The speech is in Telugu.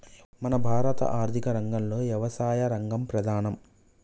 మన భారత ఆర్థిక రంగంలో యవసాయ రంగం ప్రధానం